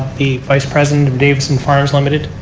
the vice president of davidson farms limited.